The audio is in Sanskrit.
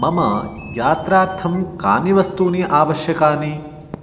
मम यात्रार्थं कानि वस्तूनि आवश्यकानि